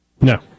No